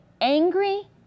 angry